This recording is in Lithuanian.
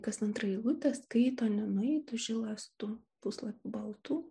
kas antra eilutė skaito nenueitų žilas tu puslapių baltų